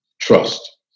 trust